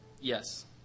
Yes